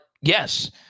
yes